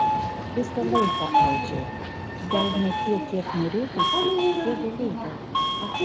visą laiką audžiau gal ne tiek kiek norėtųsi kiek galėjau